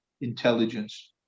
intelligence